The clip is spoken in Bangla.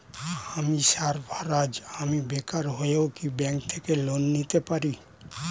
আমি সার্ফারাজ, আমি বেকার হয়েও কি ব্যঙ্ক থেকে লোন নিতে পারি?